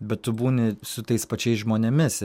bet tu būni su tais pačiais žmonėmis